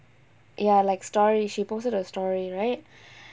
ya like story she posted a story right